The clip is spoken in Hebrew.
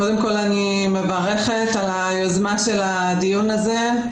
קודם כל אני מברכת על היוזמה של הדיון הזה.